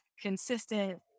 consistent